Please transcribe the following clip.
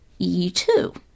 E2